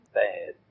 bad